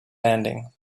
landing